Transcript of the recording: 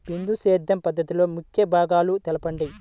బిందు సేద్య పద్ధతిలో ముఖ్య భాగాలను తెలుపండి?